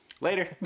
later